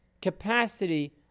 Capacity